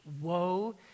woe